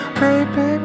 baby